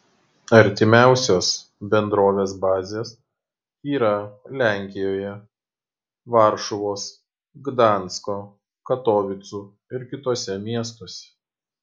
artimiausios bendrovės bazės yra lenkijoje varšuvos gdansko katovicų ir kituose miestuose